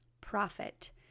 profit